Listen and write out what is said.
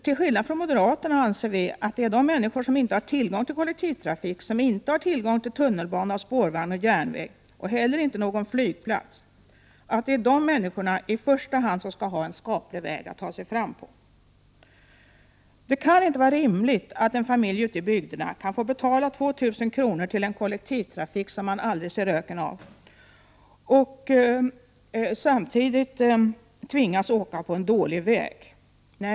Till skillnad från moderaterna anser vi att det är de människor som inte har tillgång till kollektivtrafik, dvs. tunnelbana, spårvagn och järnväg, och inte heller tillgång till någon flygplats, som i första hand skall ha en skaplig väg att ta sig fram på. Det kan inte vara rimligt att en familj ute i bygden kan få betala 2 000 kr. till en kollektivtrafik som man aldrig ser röken av och samtidigt tvingas att åka på en dålig väg.